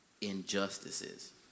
injustices